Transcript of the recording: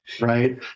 Right